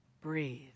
breathe